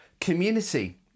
community